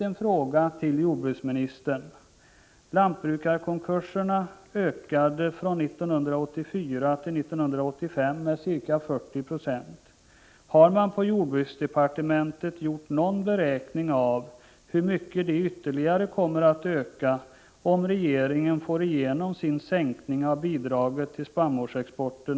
på jordbruksdepartementet gjort någon beräkning av hur mycket konkurserna ytterligare kommer att öka om regeringen med vpk:s hjälp får igenom sin sänkning av bidraget till spannmålsexporten?